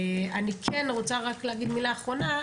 אני רוצה רק להגיד מילה אחרונה,